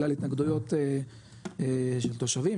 בגלל התנגדויות של תושבים,